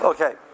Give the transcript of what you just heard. Okay